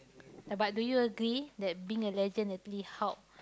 but do you agree that being a legend actually help